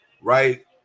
right